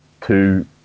two